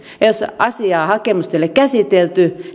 ja jos asiaa hakemusta ei ole käsitelty